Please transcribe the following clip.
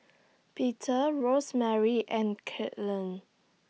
Peter Rosemary and Kadyn